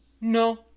No